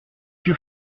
que